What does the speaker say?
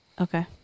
Okay